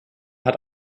hat